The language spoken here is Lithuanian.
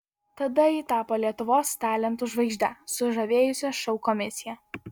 tada ji tapo lietuvos talentų žvaigžde sužavėjusia šou komisiją